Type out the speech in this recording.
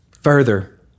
Further